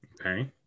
Okay